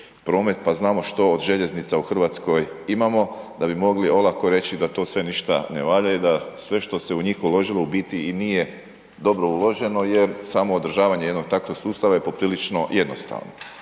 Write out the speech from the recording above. promet, pa znamo što od željeznica u RH imamo da bi mogli olako reći da to sve ništa ne valja i da sve što se u njih uložilo u biti i nije dobro uloženo jer samo održavanje jednog takvog sustava je poprilično jednostavno,